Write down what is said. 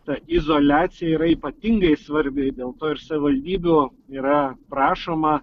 ta izoliacija yra ypatingai svarbi dėl to ir savivaldybių yra prašoma